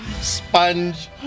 Sponge